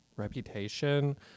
reputation